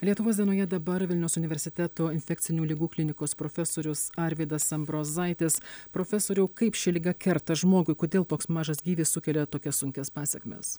lietuvos dienoje dabar vilniaus universiteto infekcinių ligų klinikos profesorius arvydas ambrozaitis profesoriau kaip ši liga kerta žmogui kodėl toks mažas gyvis sukelia tokias sunkias pasekmes